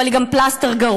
אבל היא גם פלסטר גרוע.